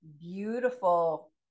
beautiful